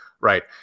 right